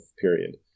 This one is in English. period